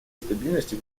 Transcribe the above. стабильности